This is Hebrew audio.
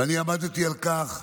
ואני עמדתי על כך,